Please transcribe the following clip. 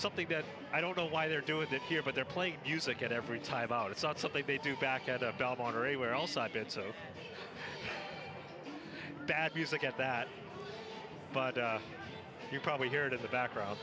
something bad i don't know why they're doing it here but they're playing music at every time about it's not something they do back at up on or anywhere else i've been so bad music at that but you probably hear it in the background